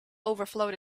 overflowed